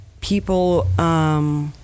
people